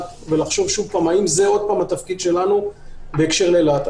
ולחשוב שוב אם זה התפקיד שלנו בהקשר לאילת.